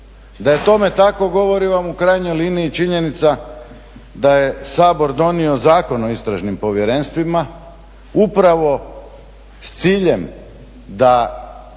Da je tome tako govori vam u krajnjoj liniji činjenica da je Sabor donio Zakon o istražnim povjerenstvima, upravo s ciljem da